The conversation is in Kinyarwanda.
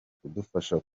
kudufasha